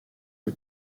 aux